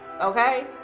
Okay